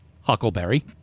Huckleberry